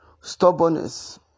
stubbornness